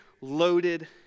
loaded